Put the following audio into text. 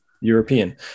European